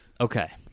Okay